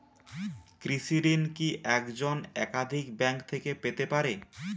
কৃষিঋণ কি একজন একাধিক ব্যাঙ্ক থেকে পেতে পারে?